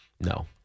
No